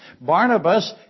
Barnabas